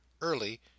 Early